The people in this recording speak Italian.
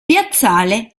piazzale